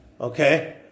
Okay